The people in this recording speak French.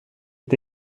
est